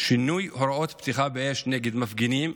שינוי הוראות פתיחה באש נגד מפגינים,